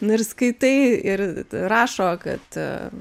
na ir skaitai ir rašo kad